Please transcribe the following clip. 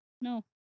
No